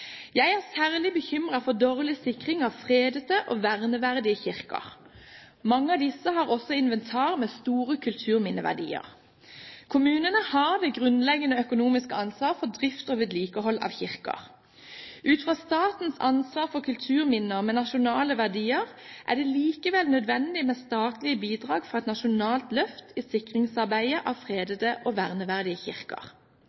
Jeg er særlig bekymret for dårlig sikring av fredete og verneverdige kirker. Mange av disse har også inventar med store kulturminneverdier. Kommunene har det grunnleggende økonomiske ansvaret for drift og vedlikehold av kirker. Ut fra statens ansvar for kulturminner med nasjonale verdier er det likevel nødvendig med statlige bidrag for et nasjonalt løft i sikringsarbeidet av